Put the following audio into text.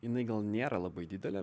jinai gal nėra labai didelė